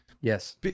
Yes